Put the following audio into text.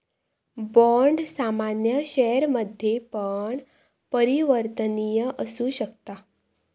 bond सामान्य शेयरमध्ये पण परिवर्तनीय असु शकता